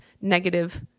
negative